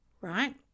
right